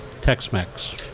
Tex-Mex